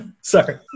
sorry